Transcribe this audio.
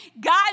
God